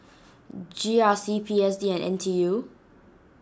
G R C P S D and N T U